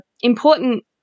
important